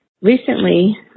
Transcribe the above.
Recently